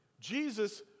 Jesus